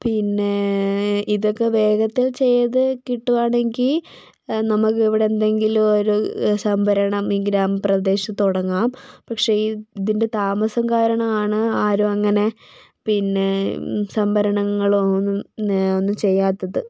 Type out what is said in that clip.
പിന്നേ ഇതൊക്കെ വേഗത്തിൽ ചെയ്ത് കിട്ടുക്കുകയാണെങ്കിൽ നമ്മൾക്കിവിടെ എന്തെങ്കിലും ഒരു സംഭരണം ഈ ഗ്രാമപ്രദേശത്ത് തുടങ്ങാം പക്ഷേ ഈ ഇതിൻ്റെ താമസം കാരണം ആണ് ആരും അങ്ങനെ പിന്നെ സംഭരണളൊന്നും ഒന്നും ചെയ്യാത്തത്